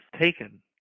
taken